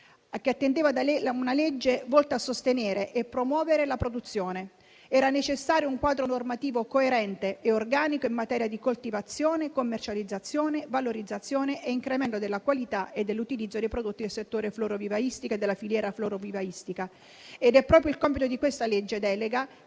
che attendeva da tempo una legge volta a sostenere e promuovere la produzione. Era necessario un quadro normativo coerente e organico in materia di coltivazione, commercializzazione, valorizzazione e incremento della qualità e dell'utilizzo dei prodotti del settore florovivaistico e della filiera florovivaistica. Ed è proprio il compito che questa legge delega